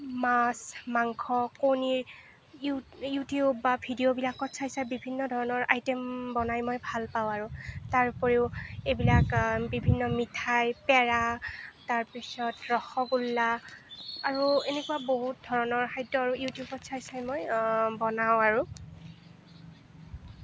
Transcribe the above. মাছ মাংস কণীৰ ইউ ইউটিউব বা ভিডিঅ' বিলাকত চাই চাই বিভিন্ন ধৰণৰ আইটেম বনাই মই ভাল পাওঁ আৰু তাৰ উপৰিও এইবিলাক বিভিন্ন মিঠাই পেৰা তাৰপিছত ৰসগোল্লা আৰু এনেকুৱা বহুত ধৰণৰ খাদ্য আৰু ইউটিউবত চাই চাই মই বনাওঁ আৰু